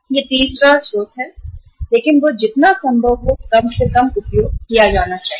वह तीसरा स्रोत है लेकिन वह जितना संभव हो कम से कम उपयोग किया जाना चाहिए